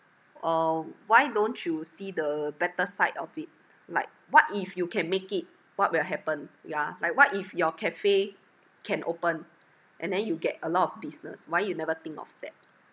uh why don't you see the better side of it like what if you can make it what will happen yeah like what if your cafe can open and then you get a lot of business why you never think of that